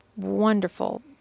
Wonderful